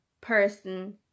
person